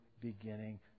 beginning